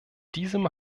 diesem